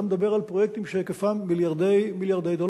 אתה מדבר על פרויקטים שהיקפם מיליארדי דולרים.